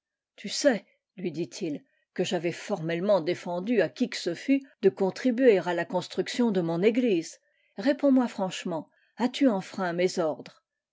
tu sais lui dit-il que j'avais formellement dé fendu à qui que ce fût de contribuer à la constructii n de mon église réponds-moi franchement as tu enfreint mes ordres